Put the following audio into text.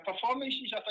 performances